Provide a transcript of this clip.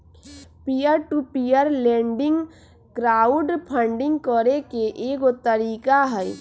peer to peer lending crowd funding करे के एगो तरीका हई